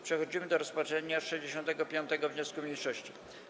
Przechodzimy do rozpatrzenia 65. wniosku mniejszości.